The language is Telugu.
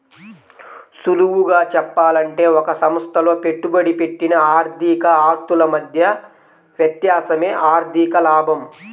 సులువుగా చెప్పాలంటే ఒక సంస్థలో పెట్టుబడి పెట్టిన ఆర్థిక ఆస్తుల మధ్య వ్యత్యాసమే ఆర్ధిక లాభం